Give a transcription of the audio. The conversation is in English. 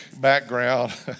background